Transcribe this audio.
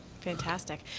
Fantastic